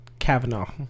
kavanaugh